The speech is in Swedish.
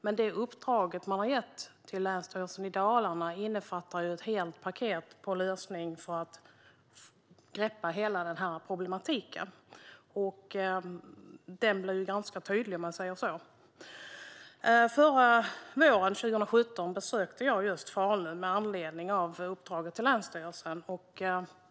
Men det uppdrag som har getts till Länsstyrelsen i Dalarnas län innefattar ett helt paket med lösningar för att greppa hela denna problematik, som ju blir ganska tydlig. Förra våren, 2017, besökte jag just Falun med anledning av uppdraget till länsstyrelsen.